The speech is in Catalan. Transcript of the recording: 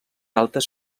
altes